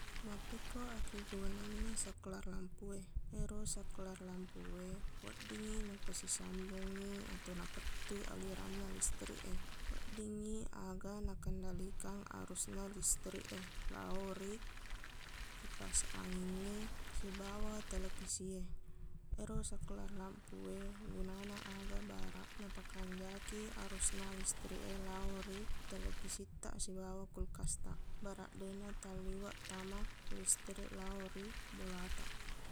Mappekko akkegunanna saklar lampuwe ero saklar lampuwe weddingngi napasisambungngi atau napettui aliranna listrik e weddingngi aga nakendalikan arusna listrik e lao ri kipas angingnge sibawa televisi e ero saklar lampuwe gunana aga baraq napakanjaki arusna listrik e lao ri televisittaq sibawa kulkastaq baraq deqna talliweq tama listrik lao ri bolataq